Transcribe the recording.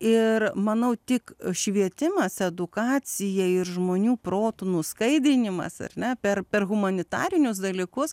ir manau tik švietimas edukacija ir žmonių protų nuskaidrinimas ar ne per per humanitarinius dalykus